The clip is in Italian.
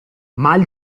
mal